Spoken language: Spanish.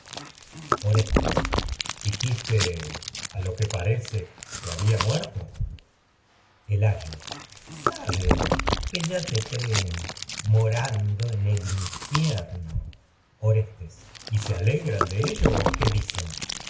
orestes muerto el dijiste a lo que parece había ayo sabe que ya te creen morando en el in fierno orestes y el están se alegran de ello te o qué dicen